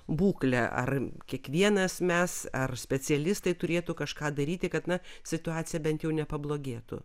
būklę ar kiekvienas mes ar specialistai turėtų kažką daryti kad na situacija bent jau nepablogėtų